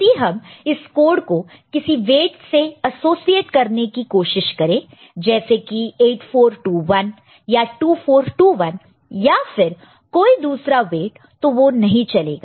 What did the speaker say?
यदि हम इस कोड को किसी वेट से असोसीएट करने की कोशिश करें जैसे कि 8421 या 2421 या फिर कोई दूसरा वेट तो वह नहीं चलेगा